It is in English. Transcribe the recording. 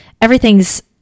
everything's